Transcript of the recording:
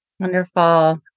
Wonderful